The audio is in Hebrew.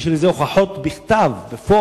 יש לי על זה הוכחות בכתב, בפועל,